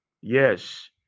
Yes